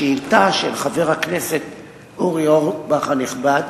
השאילתא של חבר הכנסת אורי אורבך הנכבד